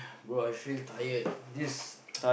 bro I feel tired this